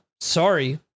Sorry